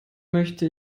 möchte